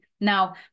Now